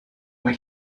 why